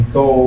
go